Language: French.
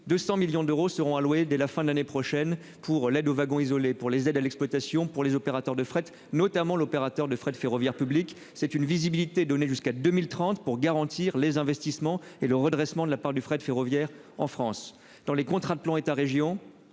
200 millions d'euros seront alloués dès la fin de l'année prochaine pour l'aide au wagon isolé pour les aides à l'exploitation pour les opérateurs de fret notamment l'opérateur de fret ferroviaire publique c'est une visibilité donnée jusqu'à 2030 pour garantir les investissements et le redressement de la part du fret ferroviaire en France dans les contrats de plan État-Région,